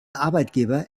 arbeitgeber